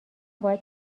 باید